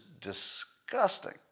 disgusting